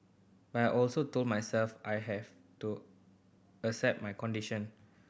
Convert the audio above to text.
but I also told myself I had to accept my condition